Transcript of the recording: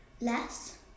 less